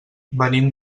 venim